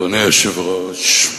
אדוני היושב-ראש,